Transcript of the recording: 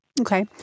Okay